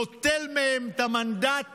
נוטל מהם את המנדט